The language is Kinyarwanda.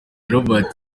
robert